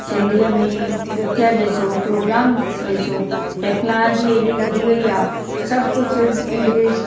सिंधीअ में पिक्चर ॾिसो प्रोग्राम ॾिसो टेक्नोलॉजी एॾी वधी वई आहे सभु कुझु इंग्लिश